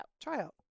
tryout